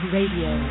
Radio